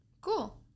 cool